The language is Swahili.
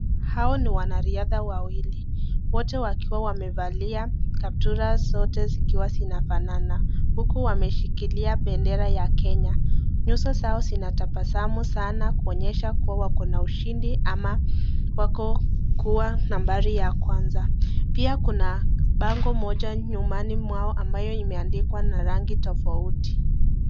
Hao ni wanariadha wawili wote wakiwa wamevalia kaptura zote zikiwa zinafanana huku wameshikilia bendera ya Kenya. Nyuso zao zinatabasamu sana kuonyesha kuwa wako na ushindi ama wako kuwa nambari ya kwanza. Pia kuna bango moja nyumani kwao ambayo imeandikwa na rangi tofauti.